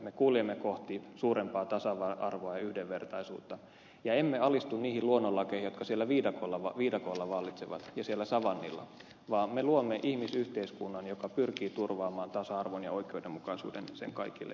me kuljemme kohti suurempaa tasa arvoa ja yhdenvertaisuutta ja emme alistu niihin luonnonlakeihin jotka siellä viidakoissa ja siellä savannilla vallitsevat vaan me luomme ihmisyhteiskunnan joka pyrkii turvaamaan tasa arvon ja oikeudenmukaisuuden sen kaikille jäsenille